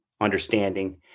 understanding